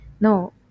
no